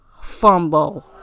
fumble